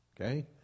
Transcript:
okay